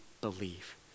believe